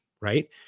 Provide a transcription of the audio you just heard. Right